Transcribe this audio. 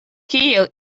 kiel